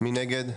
1 נגד,